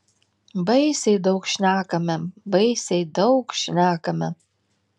baisiai daug šnekame baisiai daug šnekame